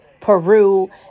Peru